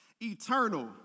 eternal